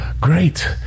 great